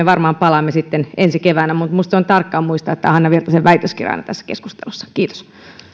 varmaan palaamme sitten ensi keväänä mutta minusta on tärkeää muistaa tämä hanna virtasen väitöskirja tässä keskustelussa